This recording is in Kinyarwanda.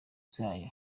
zayo